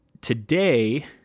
today